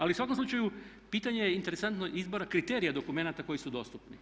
Ali u svakom slučaju pitanje interesantno izbora kriterija dokumenata koji su dostupni.